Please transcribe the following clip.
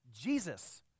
Jesus